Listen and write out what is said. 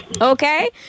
Okay